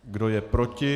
Kdo je proti?